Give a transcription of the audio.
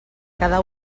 cada